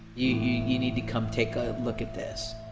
you need to come take a look at this